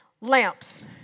lamps